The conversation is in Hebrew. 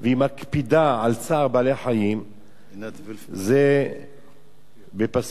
והיא מקפידה על צער בעלי-חיים זה בפסוק: